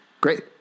Great